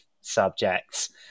subjects